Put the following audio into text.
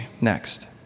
next